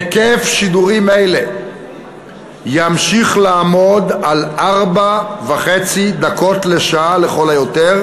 היקף שידורים אלה ימשיך לעמוד על ארבע וחצי דקות לשעה לכל היותר,